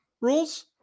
rules